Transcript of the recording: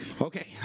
Okay